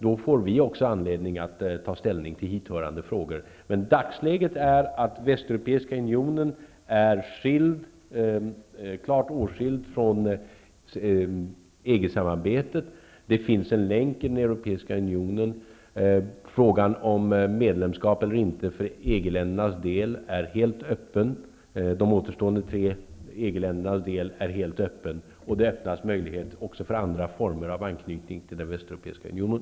Då får vi också anledning att ta ställning till hithörande frågor. Dagsläget är att Västeuropeiska unionen är klart åtskild från EG samarbetet. Det finns en länk i den europeiska unionen. Frågan om medlemskap för de tre återstående medlemsländerna i EG är helt öppen, och det öppnas möjlighet för också andra former av anknytning till den Västeuropeiska unionen.